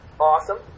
Awesome